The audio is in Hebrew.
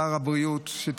שר הבריאות,